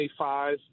25